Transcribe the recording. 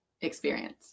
experience